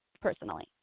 personally